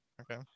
okay